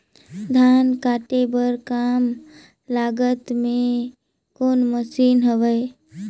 धान काटे बर कम लागत मे कौन मशीन हवय?